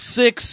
six